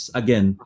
again